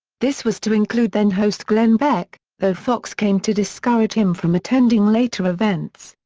this was to include then-host glenn beck, though fox came to discourage him from attending later events.